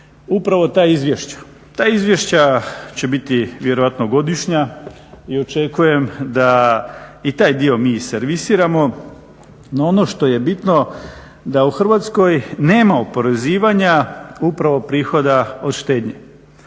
Ta izvješća će biti vjerojatno godišnja i očekujem da i taj dio mi servisiramo no ono što je bitno da u Hrvatskoj nema oporezivanja upravo prihoda od štednje.